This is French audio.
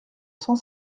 cent